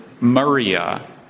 Maria